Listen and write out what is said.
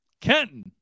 Kenton